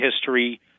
history